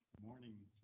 morning.